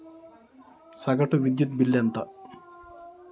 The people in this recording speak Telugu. సగటు విద్యుత్ బిల్లు ఎంత?